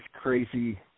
crazy